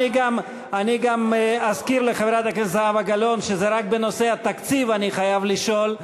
אני גם אזכיר לחברת הכנסת זהבה גלאון שרק בנושא התקציב אני חייב לשאול,